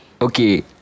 Okay